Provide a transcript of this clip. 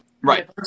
Right